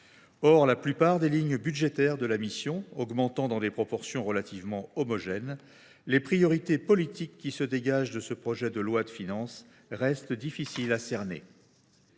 Or, la plupart des lignes budgétaires de la mission augmentant dans des proportions relativement homogènes, les priorités politiques qui se dégagent de ce projet de loi de finances restent difficiles à cerner.